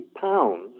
pounds